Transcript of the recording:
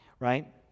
right